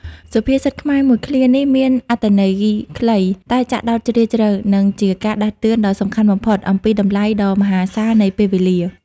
សុភាសិតខ្មែរមួយឃ្លានេះមានអត្ថន័យខ្លី តែចាក់ដោតជ្រាលជ្រៅ និងជាការដាស់តឿនដ៏សំខាន់បំផុតអំពីតម្លៃដ៏មហាសាលនៃពេលវេលា។